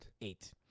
eight